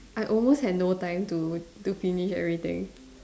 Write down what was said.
I almost had no time to do finish everything